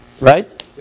right